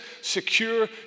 secure